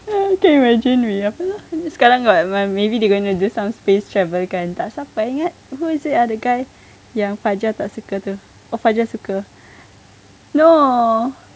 can't imagine we apa itu sekarang [what] maybe they gonna do some space travel kan tak sampai ingat who is it ah the guy yang faizal tak suka itu no